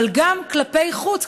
אבל גם כלפי חוץ,